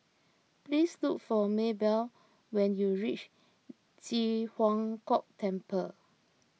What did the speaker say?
please look for Maybell when you reach Ji Huang Kok Temple